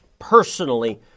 personally